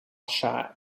shot